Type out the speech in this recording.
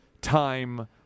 time